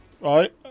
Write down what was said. Right